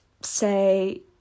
say